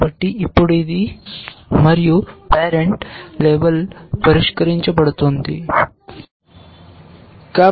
కాబట్టి ఇప్పుడు ఇది మరియు పేరెంట్ పరిష్కరించబడుతుంది అని లేబుల్ చేయబడతుంది